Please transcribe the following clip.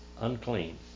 unclean